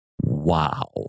Wow